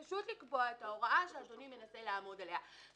פשוט לקבוע את ההוראה שאדוני מנסה לעמוד עליה: